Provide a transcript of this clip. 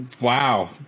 Wow